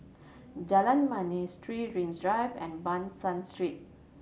Jalan Manis Three Rings Drive and Ban San Street